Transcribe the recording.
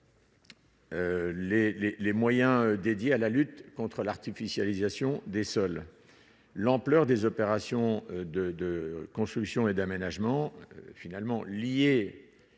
les moyens dédiés à la lutte contre l'artificialisation des sols, l'ampleur des opérations de construction et d'aménagement finalement lié